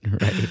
Right